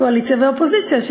קואליציה ואופוזיציה,